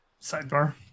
Sidebar